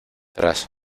tras